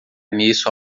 nisso